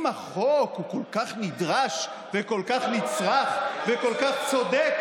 אם החוק כל כך נדרש וכל כך נצרך וכל כך צודק,